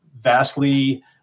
vastly